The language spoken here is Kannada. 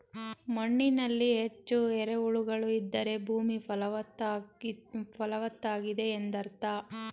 ಮಣ್ಣಿನಲ್ಲಿ ಹೆಚ್ಚು ಎರೆಹುಳುಗಳು ಇದ್ದರೆ ಭೂಮಿ ಫಲವತ್ತಾಗಿದೆ ಎಂದರ್ಥ